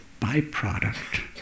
byproduct